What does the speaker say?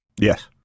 Yes